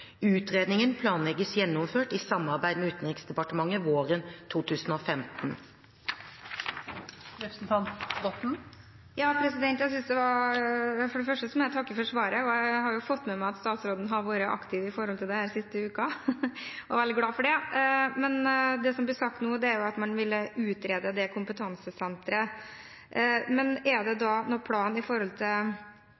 Utredningen planlegges gjennomført i samarbeid med Utenriksdepartementet våren 2015. For det første må jeg takke for svaret. Jeg har fått med meg at statsråden har vært aktiv med dette den siste uken, og jeg er veldig glad for det, men det som blir sagt nå, er jo at man vil utrede det kompetansesenteret. Er det